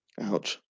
ouch